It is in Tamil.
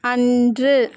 அன்று